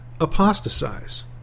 apostatize